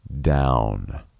down